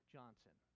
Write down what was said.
Johnson